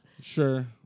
sure